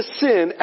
sin